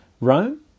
Rome